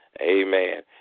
Amen